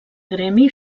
gremi